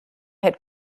had